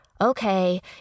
okay